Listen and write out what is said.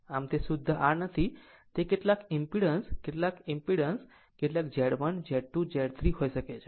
આમ તે શુદ્ધ R નથી તે કેટલાક ઈમ્પીડન્સ કેટલાક ઈમ્પીડન્સ કેટલાક Z1 Z2 Z3 હોઈ શકે છે